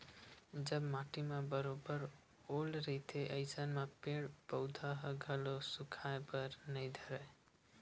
जब माटी म बरोबर ओल रहिथे अइसन म पेड़ पउधा ह घलो सुखाय बर नइ धरय